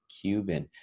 Cuban